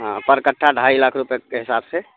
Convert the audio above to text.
ہاں پرکٹھا ڈھائی لاکھ روپئے کے حساب سے